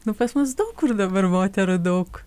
nu pas mus daug kur dabar moterų daug